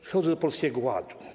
Przechodzę do Polskiego Ładu.